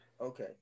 Okay